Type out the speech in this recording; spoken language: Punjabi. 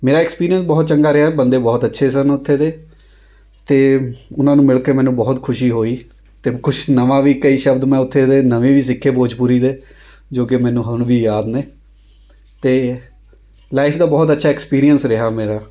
ਮੇਰਾ ਐਕਪੀਰੀਅਂਸ ਬਹੁਤ ਚੰਗਾ ਰਿਹਾ ਬੰਦੇ ਬਹੁਤ ਅੱਛੇ ਸਨ ਉੱਥੇ ਦੇ ਅਤੇ ਉਹਨਾਂ ਨੂੰ ਮਿਲਕੇ ਮੈਨੂੰ ਬਹੁਤ ਖੁਸ਼ੀ ਹੋਈ ਅਤੇ ਕੁਝ ਨਵਾਂ ਵੀ ਕਈ ਸ਼ਬਦ ਮੈਂ ਉੱਥੇ ਦੇ ਨਵੇਂ ਵੀ ਸਿੱਖੇ ਭੋਜਪੂਰੀ ਦੇ ਜੋ ਕਿ ਮੈਨੂੰ ਹੁਣ ਵੀ ਯਾਦ ਨੇ ਅਤੇ ਲਾਈਫ਼ ਦਾ ਬਹੁਤ ਅੱਛਾ ਐਕਪੀਰੀਅਂਸ ਰਿਹਾ ਮੇਰਾ